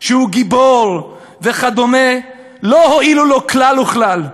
שהוא גיבור וכדומה, לא הועילו לו כלל וכלל.